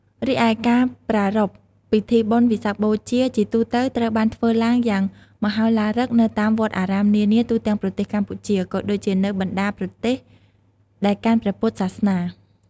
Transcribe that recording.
រីឯការប្រារព្ធពិធីបុណ្យវិសាខបូជា ជាទូទៅត្រូវបានធ្វើឡើងយ៉ាងមហោឡារឹកនៅតាមវត្តអារាមនានាទូទាំងប្រទេសកម្ពុជា ក៏ដូចជានៅបណ្ដាប្រទេសដែលកាន់ព្រះពុទ្ធសាសនា។